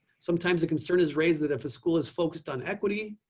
sometimes the concern is raised that if a school is focused on equity,